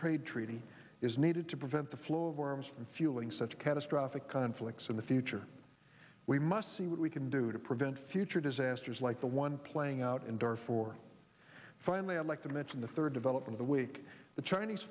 trade treaty is needed to prevent the flow of arms from fueling such catastrophic conflicts in the future we must see what we can do to prevent future disasters like the one playing out in dar for finally i'd like to mention the third develop in the wake the chinese